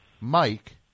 Mike